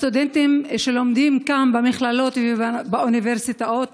הסטודנטים שלומדים כאן במכללות ובאוניברסיטאות